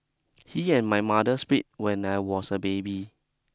he and my mother split when I was a baby